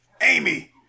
Amy